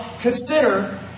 Consider